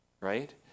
right